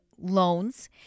loans